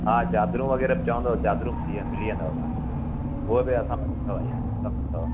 हा चादरूं वग़ैरह चवंदव चादरूं बि थी मिली वेंदव तव्हां खे उहा बि असां वटि अथव इहा सभु अथव